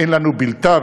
אין לנו בלתה,